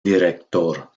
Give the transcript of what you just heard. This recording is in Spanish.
director